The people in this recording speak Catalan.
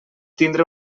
tindre